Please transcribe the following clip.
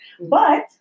but-